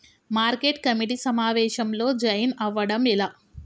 Market committee సమావేశంలో join అవ్వడం ఎలా?